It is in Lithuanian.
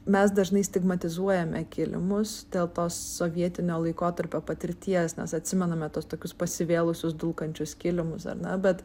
mes dažnai stigmatizuojame kilimus dėl to sovietinio laikotarpio patirties nes atsimename tuos tokius pasivėlusius dulkančius kilimus ar ne bet